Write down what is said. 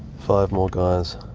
five more guys.